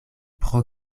pro